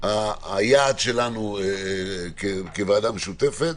היעד שלנו כוועדה משותפת.